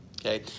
Okay